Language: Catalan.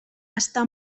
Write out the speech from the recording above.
està